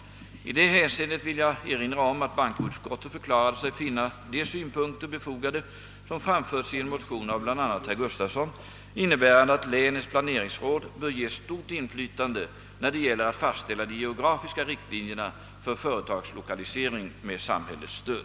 I det hänseendet vill jag erinra om att bankoutskottet förklarade sig finna de synpunkter befogade som framförts i en motion av bl.a. herr Gustafsson, innebärande att länets planeringsråd bör ges stort inflytande när det gäller att fastställa de geografiska riktlinjerna för företagslokalisering med samhällets stöd.